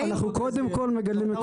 אנחנו קודם כל מגדלים מקומיים וגם יבואנים.